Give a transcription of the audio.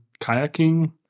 kayaking